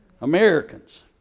Americans